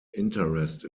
interest